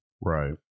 right